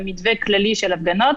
במתווה כללי של הפגנות,